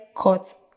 cut